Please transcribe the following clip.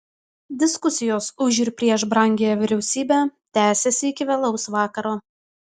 diskusijos už ir prieš brangiąją vyriausybę tęsėsi iki vėlaus vakaro